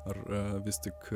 ar vis tik